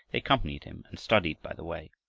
they accompanied him and studied by the way.